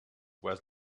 was